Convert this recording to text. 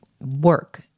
work